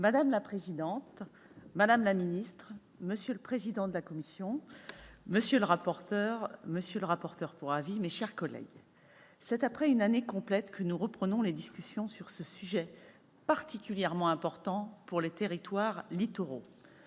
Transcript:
Madame la présidente, madame la secrétaire d'État, monsieur le président de la commission, monsieur le rapporteur, monsieur le rapporteur pour avis, mes chers collègues, c'est après une année complète que nous reprenons les discussions sur ce sujet particulièrement important pour les territoires littoraux.